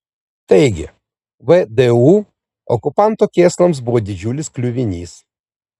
taigi vdu okupanto kėslams buvo didžiulis kliuvinys